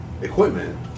Equipment